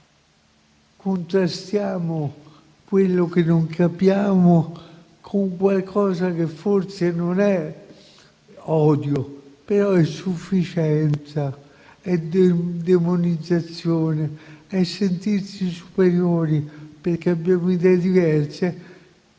contestiamo quello che non capiamo con qualcosa che forse non è odio, però è sufficienza, demonizzazione e sentirsi superiori, perché abbiamo idee diverse.